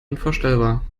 unvorstellbar